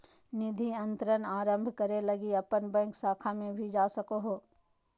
निधि अंतरण आरंभ करे लगी अपन बैंक शाखा में भी जा सको हो